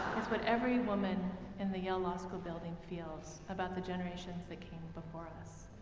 is what every woman in the yale law school building feels about the generations that came before us.